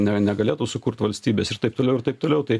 ne negalėtų sukurt valstybės ir taip toliau ir taip toliau tai